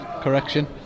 Correction